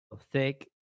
Thick